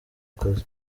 akazi